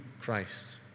Christ